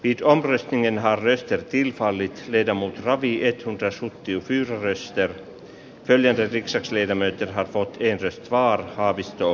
ito restlingin harrystettiin valitsee demo kravieton tasoitti virressä ter veyden levikset lievennetty hakkuut kiinteistöt vaati haavisto